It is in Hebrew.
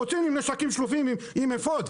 יוצאים עם נשקים שלופים, עם אפוד,